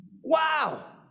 wow